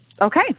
Okay